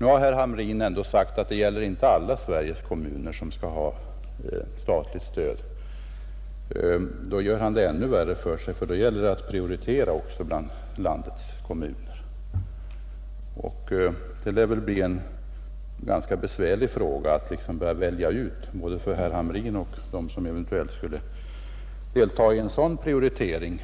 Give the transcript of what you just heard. Nu har herr Hamrin ändå sagt att det inte gäller att alla Sveriges kommuner skall ha statligt stöd. Då gör han det ännu värre för sig, ty då gäller det att prioritera bland landets kommuner. Det lär väl bli ganska besvärligt att börja välja ut, både för herr Hamrin och för dem som eventuellt skulle delta i en sådan prioritering.